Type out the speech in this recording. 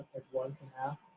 everyone can have